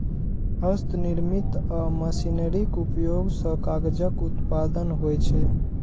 हस्तनिर्मित आ मशीनरीक उपयोग सं कागजक उत्पादन होइ छै